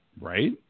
Right